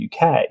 UK